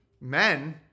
men